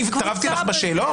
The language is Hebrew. אני התערבתי לך בשאלות?